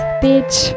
bitch